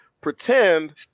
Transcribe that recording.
pretend